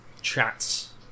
chats